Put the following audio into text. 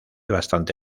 bastante